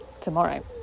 tomorrow